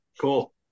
Cool